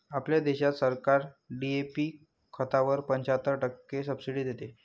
आपल्या देशात सरकार डी.ए.पी खतावर पंच्याहत्तर टक्के सब्सिडी देते